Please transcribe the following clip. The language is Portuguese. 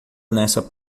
nessa